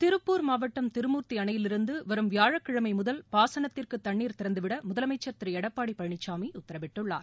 திருப்பூர் மாவட்டம் திருமூர்த்தி அணையிலிருந்து வரும் வியாழக்கிழமை முதல் பாசனத்திற்கு தண்ணீர் திறந்துவிட முதலமைச்சா் திரு எடப்பாடி பழனிசாமி உத்தரவிட்டுள்ளார்